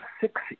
six